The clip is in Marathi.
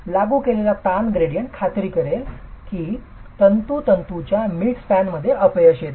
लागू केलेला ताण ग्रेडियंट खात्री करेल की तंतू तंतूच्या मिड स्पॅन मध्ये अपयश येते